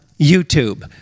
YouTube